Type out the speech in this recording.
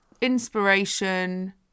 inspiration